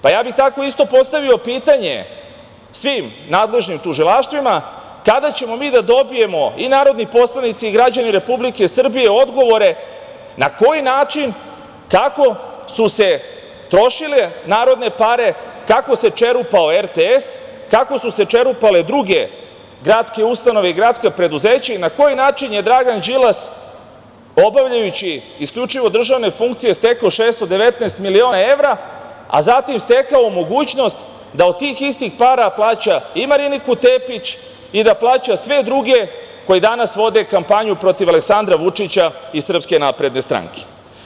Tako bih isto postavio pitanje svim nadležnim tužilaštvima, kada će mi da dobijemo i narodni poslanici i građani Republike Srbije odgovore na koji način, kako su trošile narodne pare, kako se čerupao RTS, kako su se čerupale druge gradske ustanove i gradska preduzeća, i na koji način je Dragan Đilas, obavljajući isključivo državne funkcije stekao 619 miliona evra, a zatim stekao mogućnost da od tih istih para plaća i Mariniku Tepić i da plaća sve druge koji danas vode kampanju protiv Aleksandra Vučića i SNS.